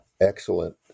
excellent